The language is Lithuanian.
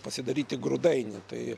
pasidaryti grūdainį tai